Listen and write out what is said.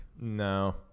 No